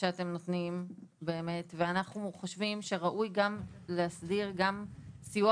שאתם נותנים ואנחנו חושבים שראוי גם להסדיר סיוע